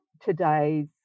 today's